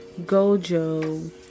Gojo